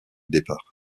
départ